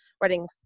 writing